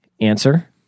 Answer